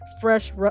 Fresh